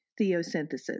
Theosynthesis